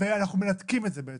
ואנחנו מנתקים את זה בעצם.